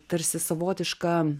tarsi savotiška